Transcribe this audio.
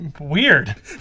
Weird